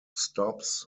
stops